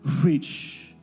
rich